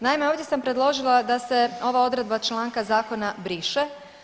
Naime, ovdje sam predložila da se ova odredba članka zakona briše.